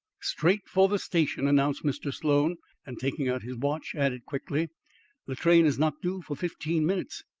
straight for the station, announced mr. sloan and, taking out his watch, added quickly the train is not due for fifteen minutes.